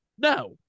no